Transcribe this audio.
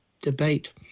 debate